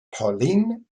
pauline